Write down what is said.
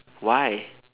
why